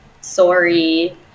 Sorry